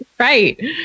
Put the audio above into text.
Right